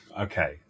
Okay